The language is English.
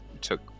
took